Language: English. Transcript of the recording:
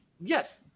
Yes